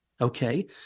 Okay